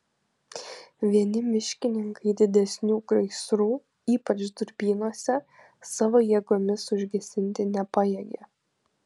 vieni miškininkai didesnių gaisrų ypač durpynuose savo jėgomis užgesinti nepajėgė